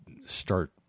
start